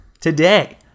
today